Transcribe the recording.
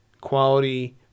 quality